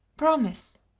promise!